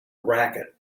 racket